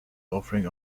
offering